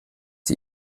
die